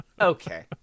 okay